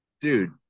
Dude